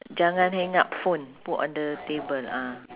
jangan hang up phone put on the table ah